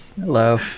Hello